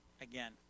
again